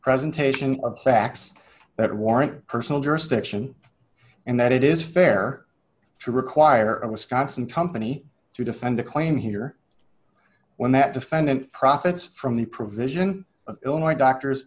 presentation of facts that warrant personal jurisdiction and that it is fair to require a wisconsin company to defend a claim here when that defendant profits from the provision of illinois doctors